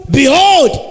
behold